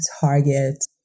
target